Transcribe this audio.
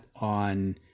on